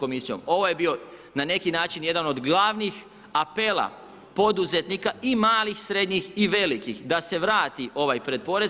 Ovo je bi, na neki način jedan od glavnih apela poduzetnika i malih, srednjih, velikih da se vrati ovaj pretporez.